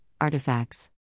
artifacts